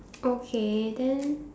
okay then